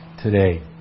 today